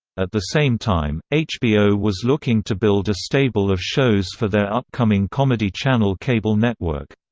at the same time, hbo was looking to build a stable of shows for their upcoming comedy channel cable network.